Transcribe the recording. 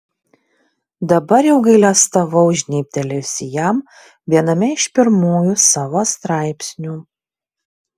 dabar jau gailestavau žnybtelėjusi jam viename iš pirmųjų savo straipsnių